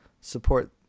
support –